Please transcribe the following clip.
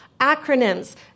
acronyms